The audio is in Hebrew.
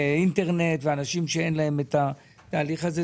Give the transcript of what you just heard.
אינטרנט ואנשים שאין להם את ההליך הזה.